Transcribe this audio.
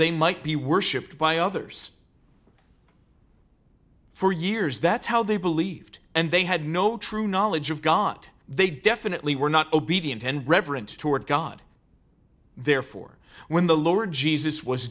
they might be worshiped by others for years that's how they believed and they had no true knowledge of got they definitely were not obedient and reverent toward god therefore when the lord jesus was